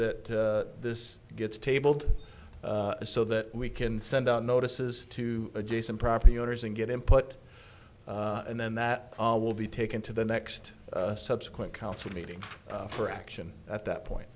that this gets tabled so that we can send out notices to adjacent property owners and get input and then that will be taken to the next subsequent council meeting for action at that point